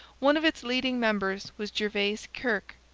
one of its leading members was gervase kirke,